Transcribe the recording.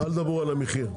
אל תדברו על המחיר.